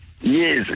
Yes